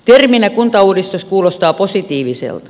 terminä kuntauudistus kuulostaa positiiviselta